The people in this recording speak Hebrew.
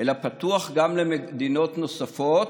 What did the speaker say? אלא פתוח גם למדינות נוספות,